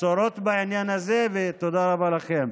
בשורות בעניין הזה, ותודה רבה לכם.